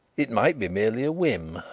it might be merely a whim,